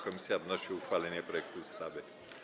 Komisja wnosi o uchwalenie projektu ustawy.